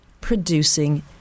producing